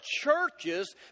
churches